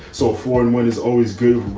so four and one is always good.